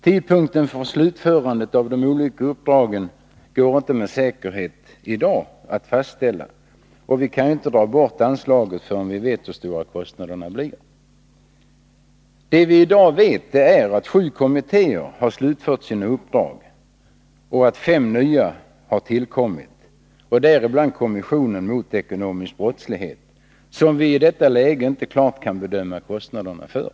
Tidpunkten för slutförandet av de olika uppdragen går inte att med säkerhet fastställa i dag, och vi kan inte dra bort anslaget för dem förrän vi vet hur stora kostnaderna blir. Det vi i dag vet är att 7 kommittéer har slutfört sina uppdrag och att 5 nya har tillkommit. Däribland är kommissionen mot ekonomisk brottslighet, som vi i detta läge inte klart kan bedöma kostnaderna för.